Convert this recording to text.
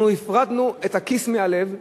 אנחנו הפרדנו את הכיס מהלב.